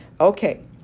Okay